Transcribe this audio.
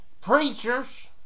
preachers